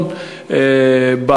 נכון,